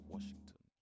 Washington